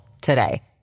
today